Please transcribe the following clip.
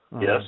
Yes